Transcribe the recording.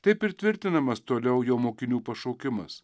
taip ir tvirtinamas toliau jo mokinių pašaukimas